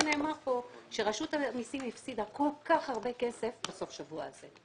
נאמר כאן שרשות המסים הפסידה כל כך הרבה כסף בסוף שבוע הזה.